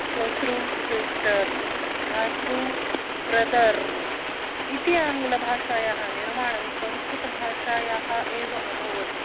स्वश्रू sister भ्रातृ brother इति आङ्ग्लभाषायाः निर्माणं संस्कृतभाषायाः एव अभवत्